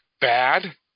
bad